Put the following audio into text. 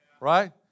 right